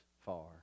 far